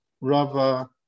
Rava